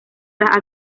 las